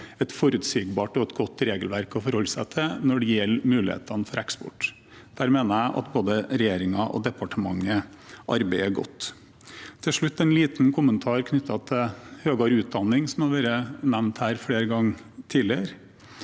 et forutsigbart og godt regelverk å forholde seg til når det gjelder mulighetene for eksport. Der mener jeg at både regjeringen og departementet arbeider godt. Til slutt har jeg en liten kommentar knyttet til høyere utdanning, som har vært nevnt her flere ganger tidligere.